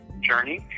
journey